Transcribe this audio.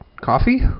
coffee